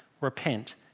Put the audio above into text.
Repent